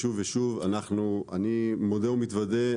אני מודה ומתוודה,